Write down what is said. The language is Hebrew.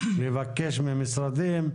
לבקש ממשרדים,